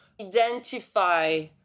identify